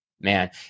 man